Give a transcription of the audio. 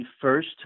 first